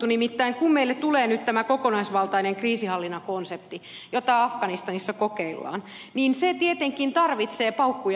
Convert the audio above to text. nimittäin kun meille tulee nyt tämä kokonaisvaltainen kriisinhallinnan konsepti jota afganistanissa kokeillaan niin se tietenkin tarvitsee paukkuja tuekseen